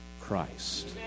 Christ